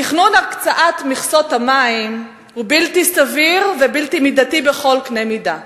תכנון הקצאת מכסות המים הוא בלתי סביר ובלתי מידתי בכל קנה מידה,